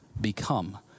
become